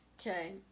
Okay